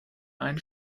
einen